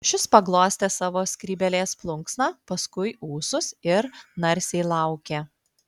šis paglostė savo skrybėlės plunksną paskui ūsus ir narsiai laukė